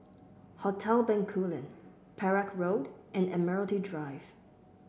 Hotel Bencoolen Perak Road and Admiralty Drive